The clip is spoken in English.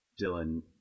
Dylan